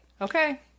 Okay